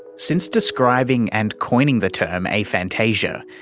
since describing and coining the term aphantasia,